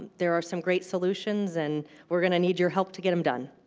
there are some great solutions. and we are going to need your help to get them done.